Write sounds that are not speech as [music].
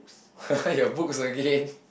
[laughs] your books again